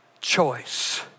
choice